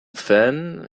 fen